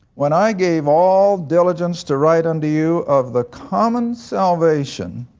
when i gave all diligence to write unto you of the common salvation,